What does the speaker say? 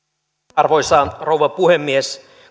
arvoisa rouva puhemies